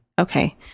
okay